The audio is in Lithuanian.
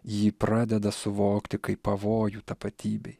jį pradeda suvokti kaip pavojų tapatybei